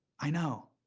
i know.